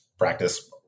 Practice